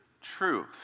truth